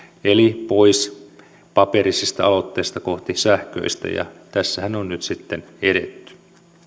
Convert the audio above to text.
eli pois paperisista aloitteista kohti sähköistä ja tässähän on nyt sitten edetty